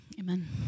Amen